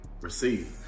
receive